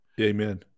Amen